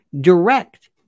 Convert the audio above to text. direct